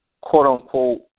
quote-unquote